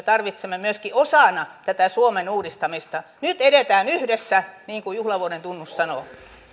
tarvitsemme osana tätä suomen uudistamista nyt edetään yhdessä niin kuin juhlavuoden tunnus sanoo